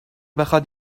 بخواد